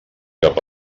cap